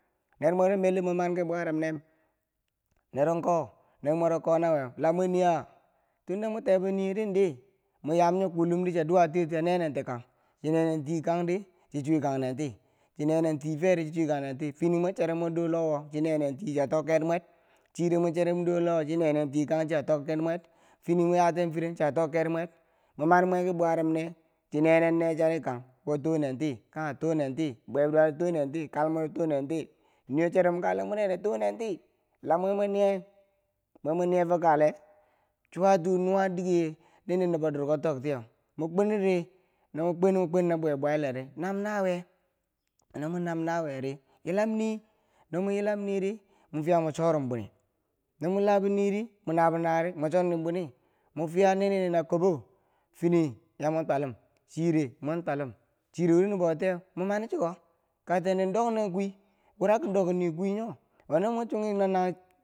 Nermwero melum, mwe manki buwarum nem nerongko nermwero ko naweu la mwe niya? tunda mwe kebo niweu din di, mwa yamyi kullum di chiya duwa tiyoti chiya ne- nenti kang chine nenti kangdi chichuwekang nenti, chine nentiferi chichuwekang nenti, chine nentiferi chi chuwekang nenti fini mwan cheri mwa dolowo chine nenti chiya tokkermwe chiire mwecheri mwedolo wo chi nenen tii kang chiya tokkermwe mwer fini mwa yaten feren chiya tokker mwer mo manmwe kibowarum nee chii ne- nen- ne charikang wo tonen ti kanghetonenti bwebiduware tonenti kalmwer tonenti niiwo cherum kaale mo ne neu tonenti lamwe mwo nye? mwe mo nyefo kaale chuwatu nuwa dike ni ni nobo durko tokti yeu mo kweniri na mo kwen kwen na bweibwayileri nam- nawiye no mo nam nawiyeri yilam nii no mwe yilamriiri mo fiya mwen chorum buni no mwe labouniri mwe nabonawiyeri mwa chornin bwini mwifiya nini nakobo fini ya mwen twalun chire mwen twalum chire wurendo boutiyeu mo manichiko kaktendi doknen kwii wurakidok nii kwiyii nyo we no mo chunghi mo nunghi.